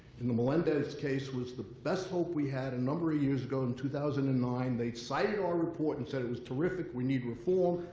the melendez case was the best hope we had a number of years ago in two thousand and nine. they cited our report and said it was terrific. we need reform.